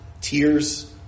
tears